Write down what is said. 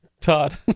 Todd